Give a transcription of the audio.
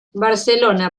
barcelona